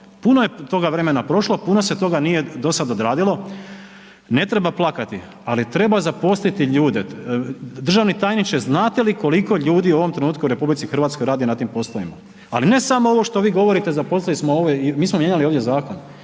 Puno je toga vremena prošlo, puno se toga do sada nije odradilo, ne treba plakati, ali treba zaposliti ljude. Državni tajniče znate li koliko ljudi u ovom trenutku u RH radi na tim poslovima, ali ne samo što vi govorite, zaposlili smo ove, mi smo mijenjali ovdje zakon,